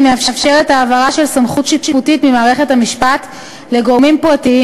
היא מאפשרת העברה של סמכות שיפוטית ממערכת המשפט לגורמים פרטיים,